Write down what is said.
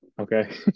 Okay